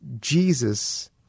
Jesus